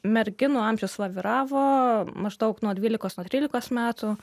merginų amžius laviravo maždaug nuo dvylikos nuo trylikos metų